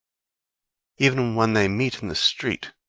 even when they meet in the street,